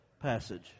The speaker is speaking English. passage